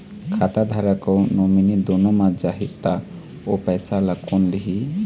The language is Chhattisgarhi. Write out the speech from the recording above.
खाता धारक अऊ नोमिनि दुनों मर जाही ता ओ पैसा ला कोन लिही?